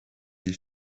îles